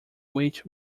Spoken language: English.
which